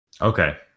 Okay